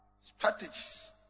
strategies